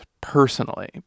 personally